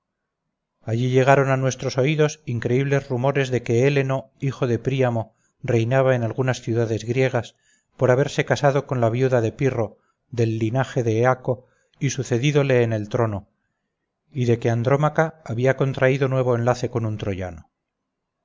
allí llegaron a nuestros oídos increíbles rumores de que héleno hijo de príamo reinaba en algunas ciudades griegas por haberse casado con la viuda de pirro del linaje de eaco y sucedídole en el trono y de que andrómaca había contraído nuevo enlace con un troyano